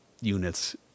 units